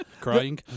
Crying